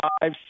five